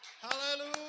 Hallelujah